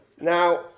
Now